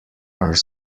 are